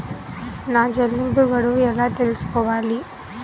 నా చెల్లింపు గడువు ఎలా తెలుసుకోవాలి?